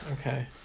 Okay